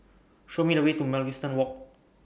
Show Me The Way to Mugliston Walk